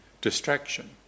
distraction